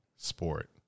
Sport